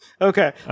okay